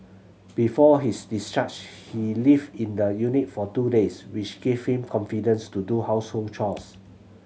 before his discharge he lived in the unit for two days which gave him confidence to do household chores